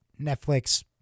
Netflix